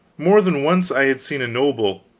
more than once i had seen a noble,